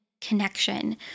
connection